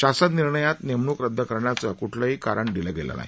शासन निर्णयात नेमणूक रदद करण्याचं क्ठलंही कारण दिलं गेलं नाही